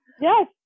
Yes